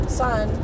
son